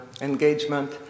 engagement